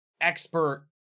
expert